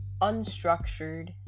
unstructured